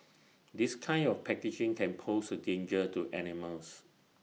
this kind of packaging can pose A danger to animals